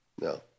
no